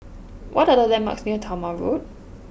what are the landmarks near Talma Road